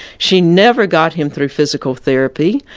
she never got him through physical therapy,